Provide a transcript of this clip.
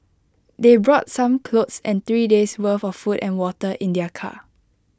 they brought some clothes and three days' worth of food and water in their car